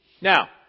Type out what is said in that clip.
Now